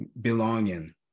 belonging